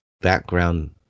background